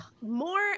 more